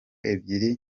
ebyiri